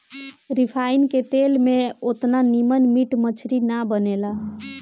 refine के तेल में ओतना निमन मीट मछरी ना बनेला